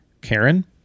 Karen